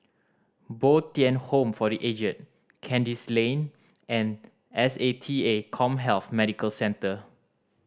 Bo Tien Home for The Aged Kandis Lane and S A T A CommHealth Medical Centre